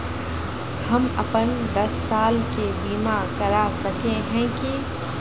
हम अपन दस साल के बीमा करा सके है की?